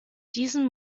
diesen